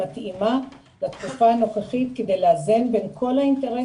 יש לך נתונים